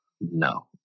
No